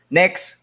next